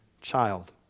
child